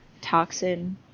Toxin